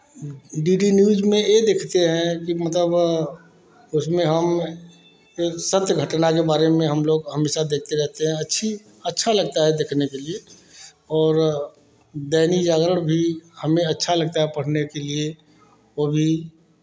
D D news में यह देखते हैं मतलब उसमें हम सत्य घटना के बारे में हम लोग हमेशा देखते रहते हैं अच्छी अच्छा लगता है देखने के लिए और दैनिक जागरण भी हमें अच्छा लगता है पढ़ने के लिए और भी